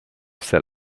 set